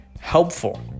helpful